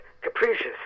capricious